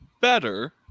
better